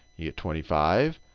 you get twenty five,